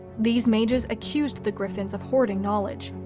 these mages accused the griffins of hoarding knowledge,